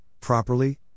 properly